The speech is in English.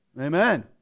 Amen